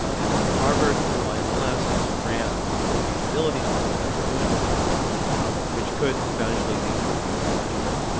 and um harvard, through ah um imls, has a grant for a feasibility study that we're doing with them which could eventually lead to a future initiative.